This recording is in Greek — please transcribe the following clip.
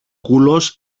κουλός